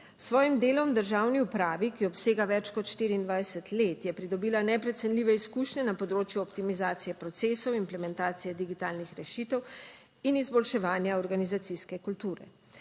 svojim delom v državni upravi, ki obsega več kot 24 let, je pridobila neprecenljive izkušnje na področju optimizacije procesov, implementacije digitalnih rešitev in izboljševanja organizacijske kulture.